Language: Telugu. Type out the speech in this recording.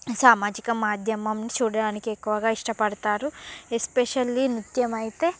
సామజిక మాధ్యమం చూడడానికి ఎక్కువగా ఇష్టపడతాను ఎస్పెషలీ నృత్యం అయితే